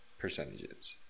Percentages